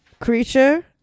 creature